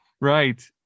right